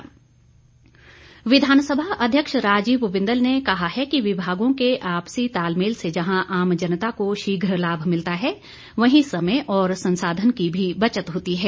बिंदल विधानसभा अध्यक्ष राजीव बिंदल ने कहा है कि विभागों के आपसी तालमेल से जहां आम जनता को शीघ्र लाभ मिलता है वहीं समय और संसाधन की भी बचत होती है